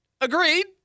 Agreed